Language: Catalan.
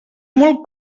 molt